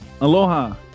Aloha